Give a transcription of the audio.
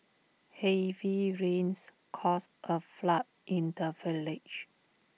heavy rains caused A flood in the village